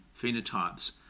phenotypes